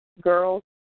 girls